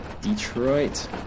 Detroit